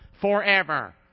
Forever